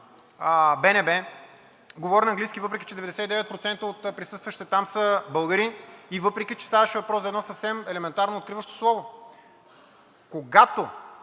БНБ говори на английски, въпреки че 99% от присъстващите там са българи и въпреки, че ставаше въпрос за едно съвсем елементарно откриващо слово. Когато